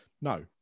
no